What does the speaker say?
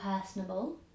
personable